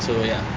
so ya